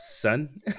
son